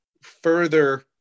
further